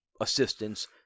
assistance